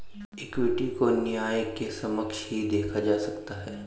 equity को न्याय के समक्ष ही देखा जा सकता है